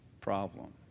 problem